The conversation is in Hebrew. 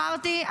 אמרתי,